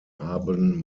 haben